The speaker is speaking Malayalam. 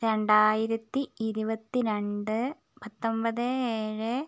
രണ്ടായിരത്തി ഇരുപത്തിരണ്ട് പത്തൊമ്പത് ഏഴ്